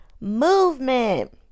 movement